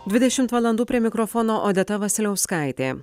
dvidešimt valandų prie mikrofono odeta vasiliauskaitė